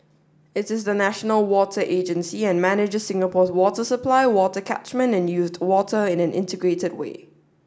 it is the national water agency and manages Singapore's water supply water catchment and used water in an integrated way